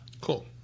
Cool